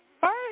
first